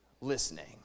listening